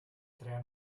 tre